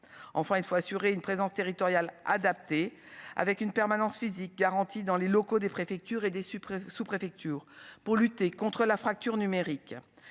enfin il faut assurer une présence territoriale adaptée avec une permanence physique garanti dans les locaux des préfectures et des suppressions sous-préfecture pour lutter contre la fracture numérique,